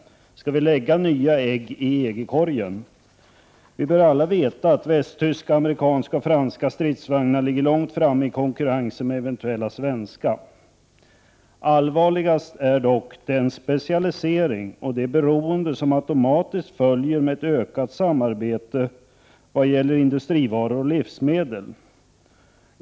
Skall vi lägga nya ägg i EG-korgen? Vi bör alla veta att västtyska, amerikanska och franska stridsvagnar ligger långt framme i konkurrensen med eventuella svenska. Allvarligast är dock den specialisering och det beroende som automatiskt följer med ett ökat samarbete i fråga om industrivaror och livsmedel.